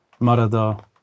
marada